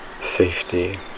safety